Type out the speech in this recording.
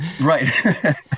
right